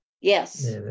Yes